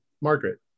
Margaret